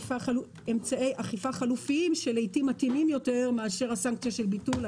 אמצעי אכיפה חלופיים שלעתים מתאימים יותר מאשר הסנקציה של ביטול,